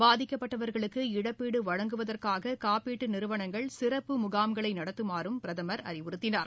பாதிக்கப்பட்டவா்களுக்கு இழப்பீடு வழங்குவதற்காக காப்பீட்டு நிறுவனங்கள் சிறப்பு முகாம்களை நடத்துமாறும் பிரதமர் அறிவுறுத்தினார்